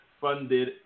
Funded